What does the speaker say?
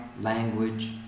language